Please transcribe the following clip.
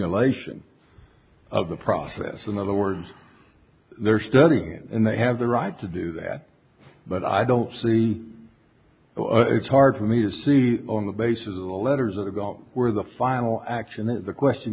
ulation of the process in other words they're studying it and they have the right to do that but i don't see how it's hard for me to see on the basis of the letters of the gulf where the final action is the question